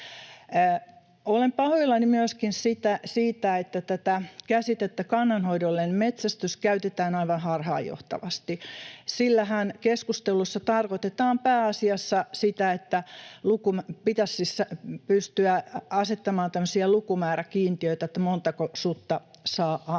Olen pahoillani myöskin siitä, että tätä käsitettä ”kannanhoidollinen metsästys” käytetään aivan harhaanjohtavasti. Sillähän keskustelussa tarkoitetaan pääasiassa sitä, että pitäisi pystyä asettamaan tämmöisiä lukumääräkiintiöitä, montako sutta saa ampua.